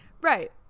Right